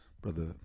Brother